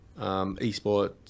esports